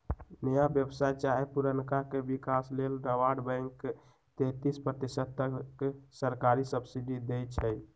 नया व्यवसाय चाहे पुरनका के विकास लेल नाबार्ड बैंक तेतिस प्रतिशत तक सरकारी सब्सिडी देइ छइ